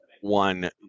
one